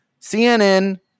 CNN